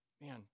man